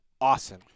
awesome